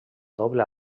doble